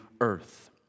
earth